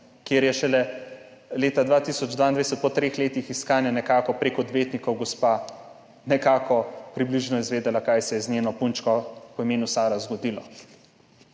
kjer je šele leta 2022 po treh letih iskanja nekako prek odvetnikov gospa približno izvedela, kaj se je zgodilo z njeno punčko po imenu Sara.